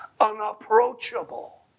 unapproachable